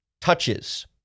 touches